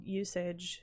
usage